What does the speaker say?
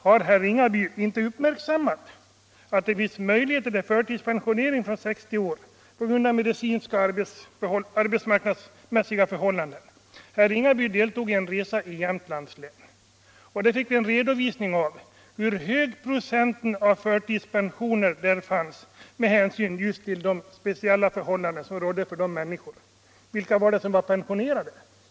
Har herr Ringaby inte uppmärksammat att det finns möjlighet till förtidspension från 60 år på grund av medicinska och arbetsmarknadsmässiga förhållanden? Herr Ringaby deltog i en resa i Jämtlands län, där vi fick en redovisning av hur hög procent förtidspensionärer som fanns på grund av de speciella förhållanden som rådde för de människorna. Vilka var det som var pensionerade?